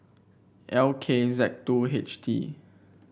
L K Z two H T